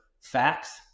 facts